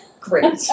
Great